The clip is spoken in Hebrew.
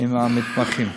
עם המתמחים.